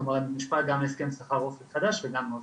כלומר אני מושפע גם מהסכם שכר אופק חדש וגם אופק.